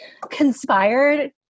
conspired